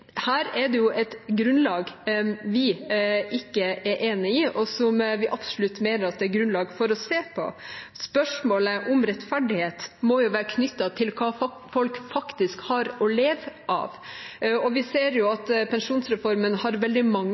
her er det et grunnlag vi ikke er enig i, og som vi absolutt mener det er grunnlag for å se på. Spørsmålet om rettferdighet må være knyttet til hva folk faktisk har å leve av. Vi ser at pensjonsreformen har veldig mange